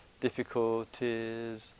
difficulties